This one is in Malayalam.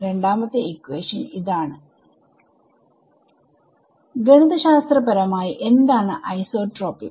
രണ്ടാമത്തെ ഇക്വേഷൻ ഇതാണ് വിദ്യാർത്ഥി ഗണിതശാസ്ത്രപരമായി എന്താണ് ഐസോട്രോപിക്